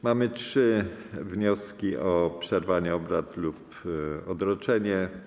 Mamy trzy wnioski o przerwanie obrad lub ich odroczenie.